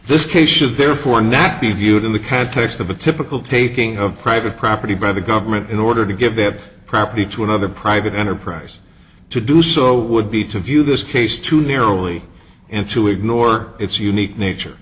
this case should therefore knapp be viewed in the context of a typical taking of private property by the government in order to give their property to another private enterprise to do so would be to view this case to merely and to ignore its unique nature